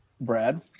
Brad